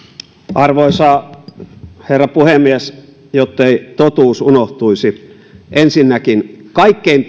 arvoisa herra puhemies jottei totuus unohtuisi ensinnäkin kaikkein